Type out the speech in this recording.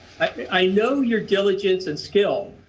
i know your diligence and skill,